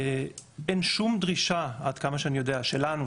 אין שום דרישה עד כמה שאני יודע שלנו,